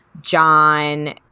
John